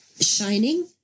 Shining